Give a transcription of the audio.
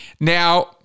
Now